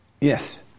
Yes